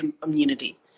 community